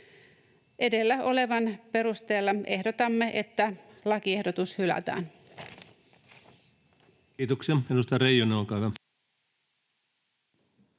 Edellä olevan perusteella ehdotamme, että lakiehdotus hylätään. Kiitoksia. — Edustaja Reijonen, olkaa hyvä.